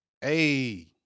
Hey